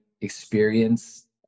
experience